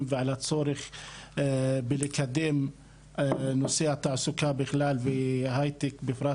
ועל הצורך בלקדם נושא התעסוקה בכלל והייטק בפרט,